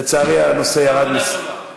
לצערי, הנושא ירד, הכוונה טובה.